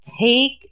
Take